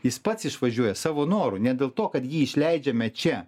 jis pats išvažiuoja savo noru ne dėl to kad jį išleidžiame čia